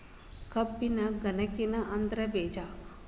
ಕಬ್ಬಿನ ಗನಕಿನ ಅದ್ರ ಬೇಜಾ